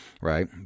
right